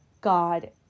God